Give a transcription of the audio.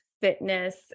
fitness